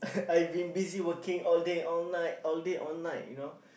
I been busy working all day all night all day all night you know